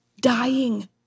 dying